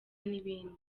n’ibindi